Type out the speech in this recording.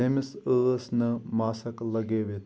تٔمِس ٲس نہٕ ماسٕک لَگٲوِتھ